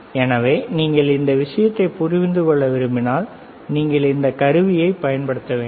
எனவே நீங்கள் இந்த விஷயத்தைப் புரிந்து கொள்ள விரும்பினால் நீங்கள் இந்த கருவியைப் பயன்படுத்த வேண்டும்